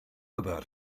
about